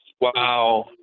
Wow